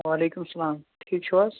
وعلیکُم سَلام ٹھیٖک چھِو حظ